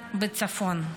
הפגיעה בצפון.